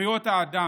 זכויות האדם,